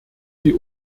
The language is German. sie